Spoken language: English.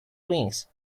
wings